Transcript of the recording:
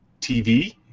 TV